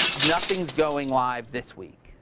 nothing's going live this week.